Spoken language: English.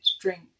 drink